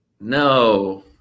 No